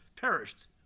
perished